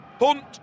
Hunt